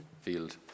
field